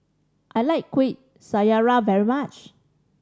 I like Kuih Syara very much